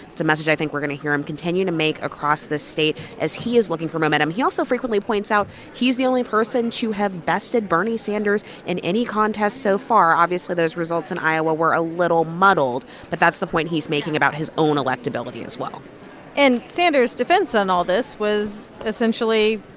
it's a message, i think, we're going to hear him continue to make across the state as he is looking for momentum. he also frequently points out he's the only person to have bested bernie sanders in any contests so far. obviously, those results in iowa were a little muddled, but that's the point he's making about his own electability as well and sanders' defense on all this was essentially,